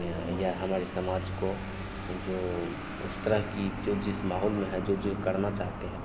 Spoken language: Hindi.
यां या हमारे समाज को जो उस तरह का जो जिस माहौल में है जो जो ये करना चाहते हैं